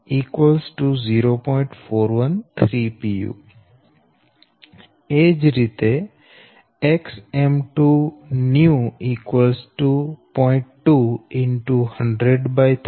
551 pu અને Xm3 new 0